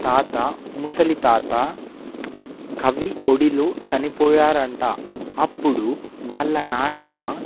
తాత ముసలి తాత కవి ఒడిలో చనిపోయారు అంట అప్పుడు వాళ్ళ నానమ్మ